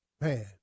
Man